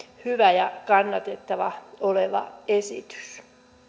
hyvä ja kannatettava oleva esitys